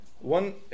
one